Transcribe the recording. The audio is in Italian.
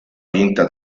vinta